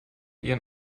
ihren